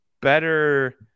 better